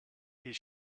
his